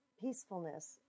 peacefulness